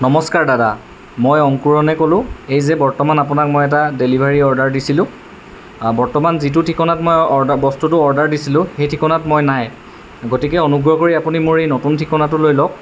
নমস্কাৰ দাদা মই অংকুৰণে ক'লোঁ এই যে বৰ্তমান আপোনাক মই এটা ডেলিভাৰী অৰ্ডাৰ দিছিলোঁ বৰ্তমান যিটো ঠিকনাত মই বস্তুটো অৰ্ডাৰ দিছিলোঁ সেই ঠিকনাত মই নাই গতিকে অনুগ্ৰহ কৰি আপুনি মোৰ এই নতুন ঠিকনাটো লৈ লওক